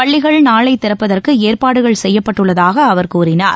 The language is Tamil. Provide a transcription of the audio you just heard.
பள்ளிகள் நாளை திறப்பதற்கு ஏற்பாடுகள் செயயப்பட்டுள்ளதாக அவர் கூறினார்